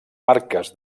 marques